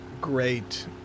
great